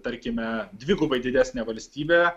tarkime dvigubai didesnė valstybė